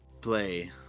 Play